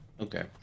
Okay